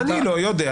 אני לא יודע.